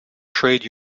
trade